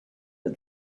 but